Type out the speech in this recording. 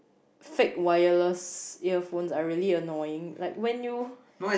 fake wireless earphones are really annoying like when you